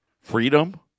Freedom